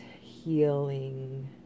healing